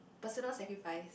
personal sacrifice